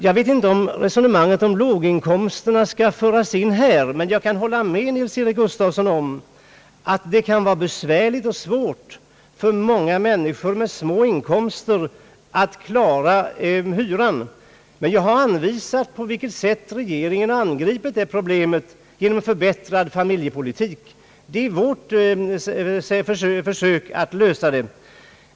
Jag vet inte om resonemanget om låginkomsterna skall föras in här, men jag kan hålla med honom om att det kan vara besvärligt och svårt för många människor med små inkomster att klara hyran. Jag har anvisat på vilket sätt regeringen angriper detta problem genom en förbättrad familjepolitik. Det är vårt försök att lösa detta problem.